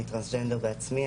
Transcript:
אני טרנסג'נדר בעצמי,